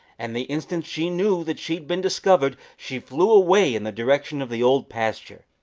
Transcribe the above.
and the instant she knew that she had been discovered she flew away in the direction of the old pasture.